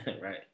Right